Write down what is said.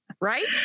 right